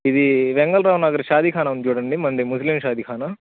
ఇది వెంగళరావు నగర్ షాదీఖానా ఉంది చూడండి మంది ముస్లిం షాదీఖాను